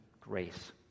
grace